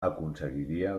aconseguiria